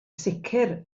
sicr